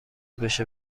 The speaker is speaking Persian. بشه